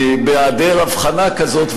בהיעדר הבחנה כזאת,